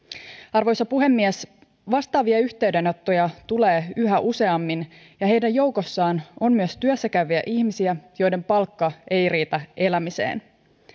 arvoisa puhemies vastaavia yhteydenottoja tulee yhä useammin ja heidän joukossaan on myös työssäkäyviä ihmisiä joiden palkka ei riitä elämiseen